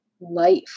life